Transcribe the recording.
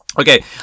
okay